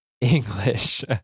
English